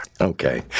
okay